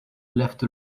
left